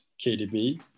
KDB